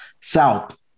South